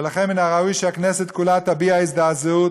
ולכן מן הראוי שהכנסת כולה תביע הזדעזעות,